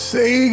Say